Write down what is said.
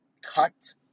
cut